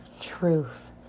Truth